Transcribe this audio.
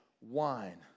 wine